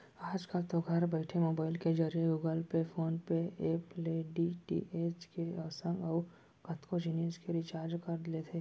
आजकल तो घर बइठे मोबईल के जरिए Google Pay, PhonePe app ले डी.टी.एच के संग अउ कतको जिनिस के रिचार्ज कर लेथे